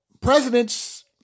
presidents